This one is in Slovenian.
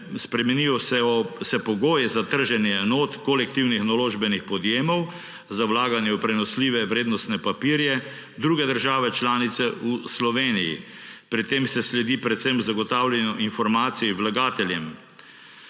Spremenijo se pogoji za trženje enot kolektivnih naložbenih podjemov za vlaganje v prenosljive vrednostne papirje druge države članice v Sloveniji. Pri tem se sledi predvsem zagotavljanju informacij vlagateljem.